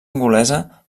angolesa